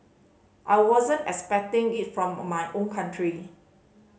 I wasn't expecting it from my own country